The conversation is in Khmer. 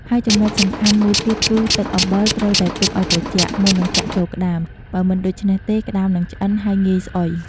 ហើយចំនុចសំខាន់មួយទៀតគឺ ទឹកអំបិលត្រូវតែទុកអោយត្រជាក់ មុននឹងចាក់ចូលក្ដាម បើមិនដូច្នោះទេ ក្ដាមនឹងឆ្អិន ហើយងាយស្អុយ។